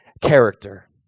character